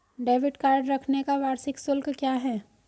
Debit card रखने का वार्षिक शुल्क क्या है?